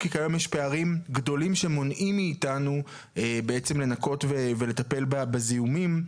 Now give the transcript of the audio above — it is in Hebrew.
כי כיום יש פערים גדולים שמונעים מאיתנו בעצם לנקות ולטפל בזיהומים.